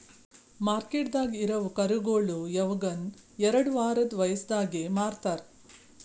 ಮಾರ್ಕೆಟ್ದಾಗ್ ಇರವು ಕರುಗೋಳು ಯವಗನು ಎರಡು ವಾರದ್ ವಯಸದಾಗೆ ಮಾರ್ತಾರ್